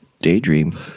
daydream